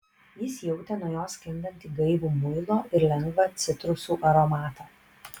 jis jautė nuo jos sklindantį gaivų muilo ir lengvą citrusų aromatą